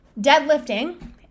deadlifting